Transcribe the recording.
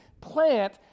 plant